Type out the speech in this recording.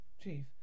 Chief